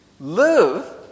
Live